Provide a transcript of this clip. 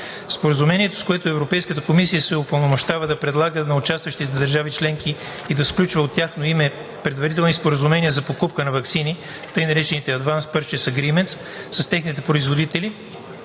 Споразумението, с което Европейската комисия се упълномощава да предлага на участващите държави членки и да сключва от тяхно име предварителни споразумения за покупка на ваксини, тъй наречените Advance Purchase Agreement с техни производители